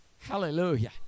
Hallelujah